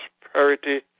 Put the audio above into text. prosperity